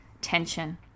tension